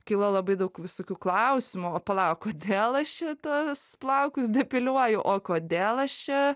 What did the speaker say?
kilo labai daug visokių klausimų o pala o kodėl aš čia tuos plaukus depiliuoju o kodėl aš čia